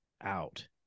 out